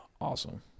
awesome